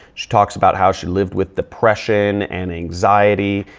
she talks about how she lived with depression and anxiety.